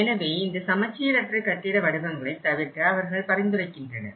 எனவே இந்த சமச்சீரற்ற கட்டிட வடிவங்களை தவிர்க்க அவர்கள் பரிந்துரைக்கின்றனர்